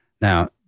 Now